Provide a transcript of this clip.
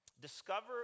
Discover